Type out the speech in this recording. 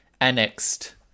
Annexed